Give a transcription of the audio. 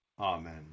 Amen